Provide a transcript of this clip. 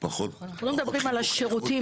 פחות --- אנחנו לא מדברים רק על שירותים,